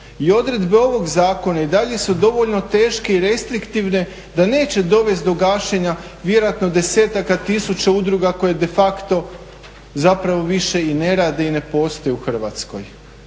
odredbe ovog zakona i dalje su dovoljno teške i restriktivne da neće dovesti do gašenja vjerojatno desetaka tisuća udruga koje de facto zapravo više i ne rede i ne postoje u Hrvatskoj.